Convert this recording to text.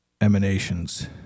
emanations